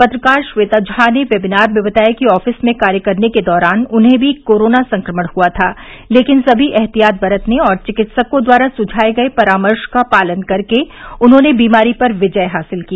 पत्रकार श्वेता झा ने वेबिनार में बताया कि ऑफिस में कार्य के दौरान उन्हें भी कोरोना संक्रमण हुआ था लेकिन सभी एहतियात बरतने और चिकित्सकों द्वारा सुझाए गए परामर्श का पालन करके उन्होंने बीमारी पर विजय हासिल की